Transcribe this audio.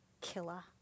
killer